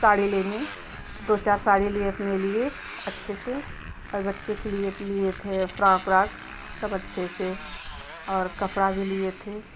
साड़ी लेने दो चार साड़ी लिए अपने लिए अच्छे से और बच्चे के लिए दिए थे फ्रॉक उराक सब अच्छे से और कपड़ा भी लिए थे